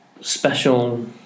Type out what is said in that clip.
special